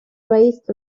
raced